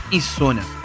Insônia